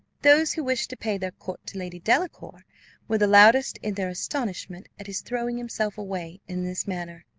those who wished to pay their court to lady delacour were the loudest in their astonishment at his throwing himself away in this manner.